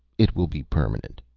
it will be permanent.